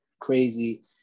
crazy